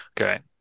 Okay